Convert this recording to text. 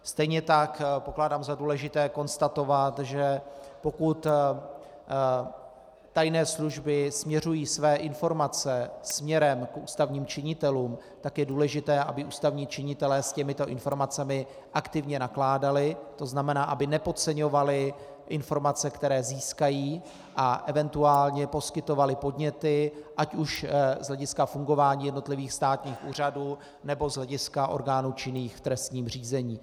Stejně tak pokládám za důležité konstatovat, že pokud tajné služby směřují své informace směrem k ústavním činitelům, tak je důležité, aby ústavní činitelé s těmito informacemi aktivně nakládali, to znamená, aby nepodceňovali informace, které získají, a eventuálně poskytovali podněty ať už z hlediska fungování jednotlivých státních úřadů, nebo z hlediska orgánů činných v trestním řízení.